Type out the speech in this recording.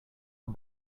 and